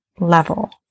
level